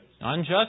Unjust